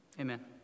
Amen